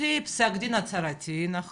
ויוציא פסק דין הצהרתי, נכון?